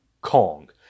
Kong